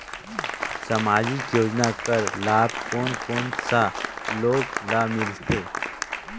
समाजिक योजना कर लाभ कोन कोन सा लोग ला मिलथे?